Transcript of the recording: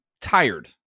tired